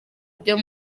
byo